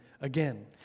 again